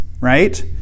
right